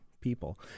people